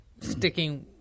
sticking